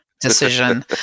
decision